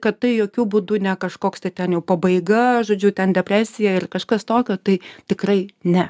kad tai jokiu būdu ne kažkoks tai ten jau pabaiga žodžiu ten depresija ir kažkas tokio tai tikrai ne